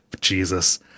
Jesus